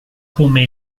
come